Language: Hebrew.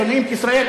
שונאים את ישראל.